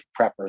preppers